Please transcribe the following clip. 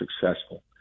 successful